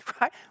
right